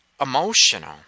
emotional